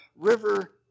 river